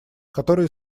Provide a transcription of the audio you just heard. которые